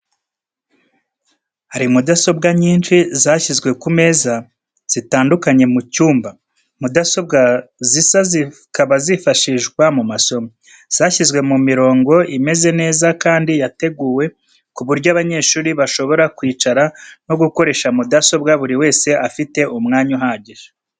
Hari mudasobwa nyinshi zashyizwe ku meza zitandukanye mu cyumba. Mudasobwa zisa zikaba zifashishwa mu masomo. Zashyizwe mu mirongo imeze neza kandi yateguwe ku buryo abanyeshuri bashobora kwicara no gukoresha mudasobwa buri wese afite umwanya uhagije.